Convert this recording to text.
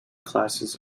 classes